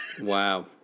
Wow